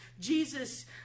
Jesus